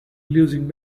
losing